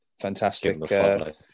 Fantastic